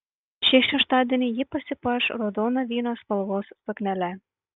šį šeštadienį ji pasipuoš raudono vyno spalvos suknele